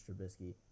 Trubisky